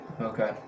Okay